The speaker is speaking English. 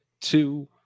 two